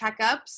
checkups